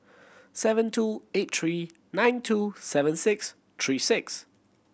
seven two eight three nine two seven six three six